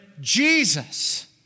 Jesus